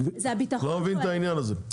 אני לא מבין את העניין הזה.